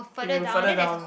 if you further down